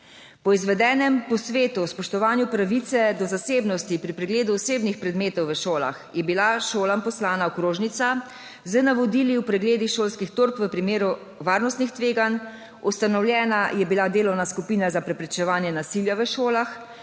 Po izvedenem posvetu o spoštovanju pravice do zasebnosti pri pregledu osebnih predmetov v šolah, je bila šolam poslana okrožnica z navodili o pregledih šolskih torb v primeru varnostnih tveganj, ustanovljena je bila delovna skupina za preprečevanje nasilja v šolah,